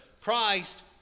Christ